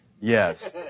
Yes